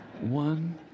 one